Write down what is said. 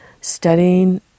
studying